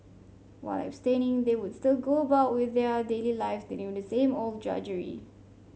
while abstaining they would still go about with their daily lives dealing with the same old drudgery